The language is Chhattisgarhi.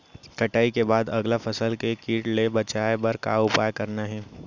कटाई के बाद अगला फसल ले किट ले बचाए बर का उपाय करना हे?